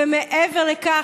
ומעבר לכך,